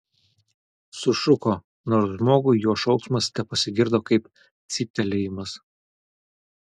sušuko nors žmogui jo šauksmas tepasigirdo kaip cyptelėjimas